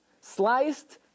sliced